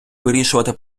вирішувати